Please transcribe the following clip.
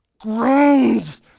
groans